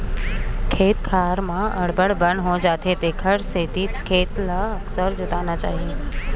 खेत खार म अब्बड़ बन हो जाथे तेखर सेती खेत ल अकरस जोतना चाही